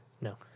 No